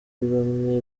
bamwe